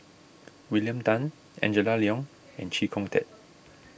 William Tan Angela Liong and Chee Kong Tet